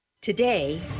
Today